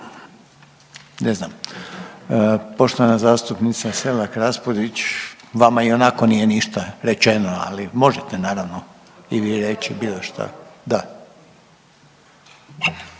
Ne znam. Poštovana zastupnica Selak Raspudić, vama ionako nije ništa rečeno, ali možete naravno i vi reći bilo šta. Da.